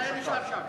היה נשאר שם.